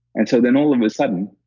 and so, then all of a sudden,